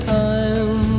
time